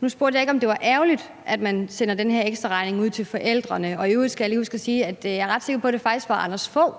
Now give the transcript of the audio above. komme på banen om, det har man ikke været så tydelig omkring. I øvrigt skal jeg lige huske at sige, at jeg er ret sikker på, at det faktisk var Anders Fogh